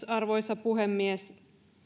arvoisa puhemies